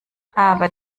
aber